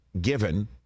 given